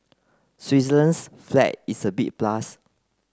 Switzerland's flag is a big plus